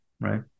right